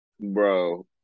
bro